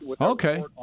Okay